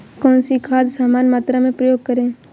कौन सी खाद समान मात्रा में प्रयोग करें?